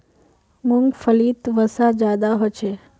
मूंग्फलीत वसा ज्यादा होचे